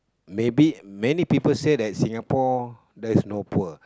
maybe many people say Singapore there is no poor